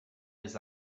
des